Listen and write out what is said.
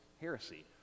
heresy